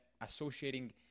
associating